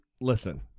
Listen